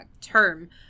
term